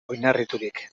oinarriturik